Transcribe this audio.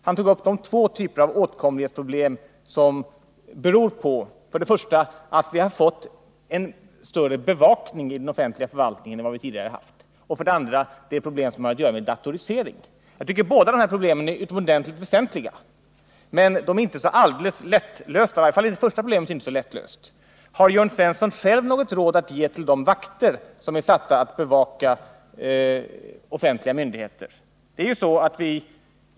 Han berörde två typer av åtkomlighetsproblem — för det första de problem som beror på att vi har fått en mer omfattande bevakning inom den offentliga förvaltningen än vi tidigare har haft, för det andra de problem som har att göra med datorisering. Jag tycker att båda de här problemen är utomordentligt väsentliga, men de är inte så alldeles lättlösta, i varje fall inte det första. Har Jörn Svensson själv något råd att ge till de vakter som är satta att bevaka offentliga myndigheter?